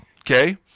Okay